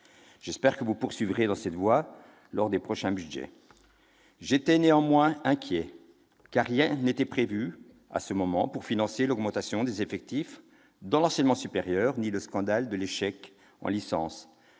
J'espère que vous poursuivrez dans cette voie lors des prochains budgets. Je demeurais néanmoins inquiet, car rien n'était prévu, à ce moment, pour financer l'augmentation des effectifs dans l'enseignement supérieur, ni le scandale de l'échec en licence,